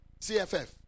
CFF